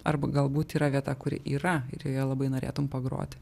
arba galbūt yra vieta kuri yra ir joje labai norėtum pagroti